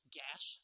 gas